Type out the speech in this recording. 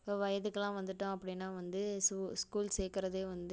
இப்போ வயதுக்கெல்லாம் வந்துட்டோம் அப்படின்னா வந்து ஸ்கூ ஸ்கூல் சேர்க்கறதே வந்து